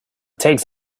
takes